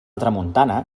tramuntana